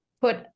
put